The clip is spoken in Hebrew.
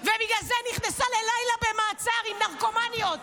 ובגלל זה נכנסה ללילה במעצר עם נרקומניות